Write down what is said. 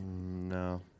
No